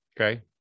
Okay